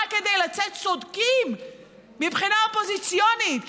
כדי לצאת צודקים מבחינה אופוזיציונית,